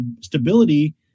stability